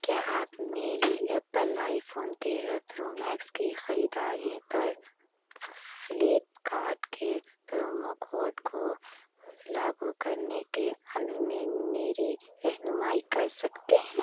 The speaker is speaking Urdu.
کیا آپ میری ایپل آئی فون تیرہ پرو میکس کی خریداری پر فلپ کارٹ کے پرومو کوڈ کو لاگو کرنے کے عمل میں میری رہنمائی کر سکتے ہیں